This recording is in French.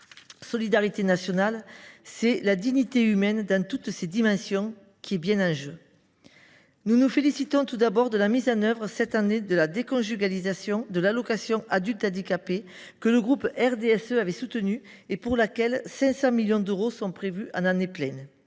solidarité nationale, c’est bien la dignité humaine, dans toutes ses dimensions, qui est en jeu. Nous nous félicitons tout d’abord de la mise en œuvre, cette année, de la déconjugalisation de l’AAH, que le groupe du RDSE avait soutenue et pour laquelle 500 millions d’euros sont prévus en année pleine.